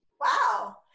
Wow